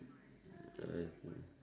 ah I see